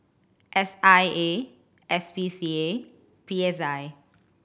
S I A S P C A and P S I